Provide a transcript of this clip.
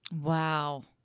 Wow